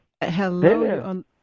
hello